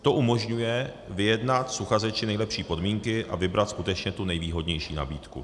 To umožňuje vyjednat s uchazeči nejlepší podmínky a vybrat skutečně tu nejvýhodnější nabídku.